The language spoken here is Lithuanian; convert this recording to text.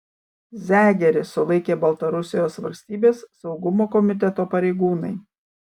zegerį sulaikė baltarusijos valstybės saugumo komiteto pareigūnai